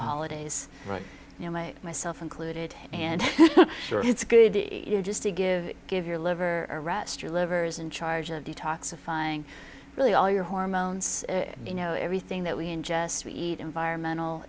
the holidays right you know i myself included and sure it's good you know just to give give your liver arrestor livers in charge of detoxifying really all your hormones you know everything that we ingest we eat environmental